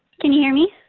can you hear me?